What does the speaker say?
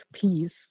peace